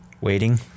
Waiting